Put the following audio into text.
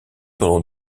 pendant